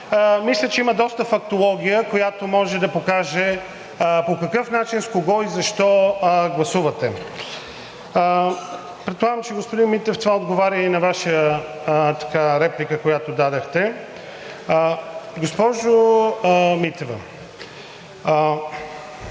Мисля, че има доста фактология, която може да покаже по какъв начин, с кого и защо гласувате. Предполагам, господин Митев, че това отговаря и на Вашата реплика, която дадохте. Госпожо Митева,